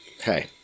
hey